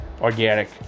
organic